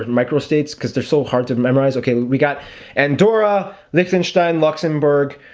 microstates because they're so hard to memorize okay, we got andorra lichtenstein luxembourg